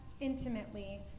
intimately